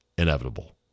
Inevitable